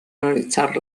analitzar